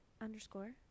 underscore